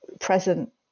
present